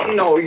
no